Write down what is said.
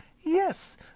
yes